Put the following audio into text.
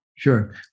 Sure